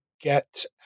get